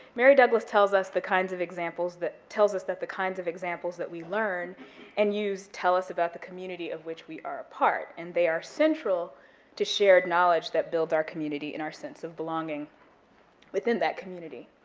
mary douglas tells us the kinds of examples that, tells us that the kinds of examples that we learn and use tell us about the community of which we are a part, and they are central to shared knowledge that build our community and our sense of belonging within that community.